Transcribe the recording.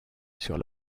sur